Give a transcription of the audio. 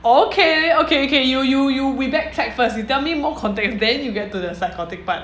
okay okay okay you you you we back track first you tell me more context then you get to the psychotic part